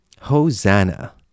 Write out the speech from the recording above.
Hosanna